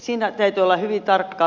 siinä täytyy olla hyvin tarkka